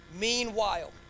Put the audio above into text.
Meanwhile